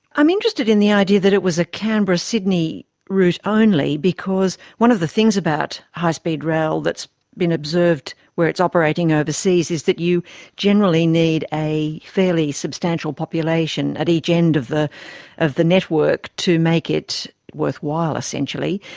i'm interested in the idea that it was a canberra-sydney route only, because one of the things about high speed rail that has been observed where it's operating overseas is that you generally need a fairly substantial population at each end of the of the network to make it worthwhile essentially.